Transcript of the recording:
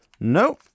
Nope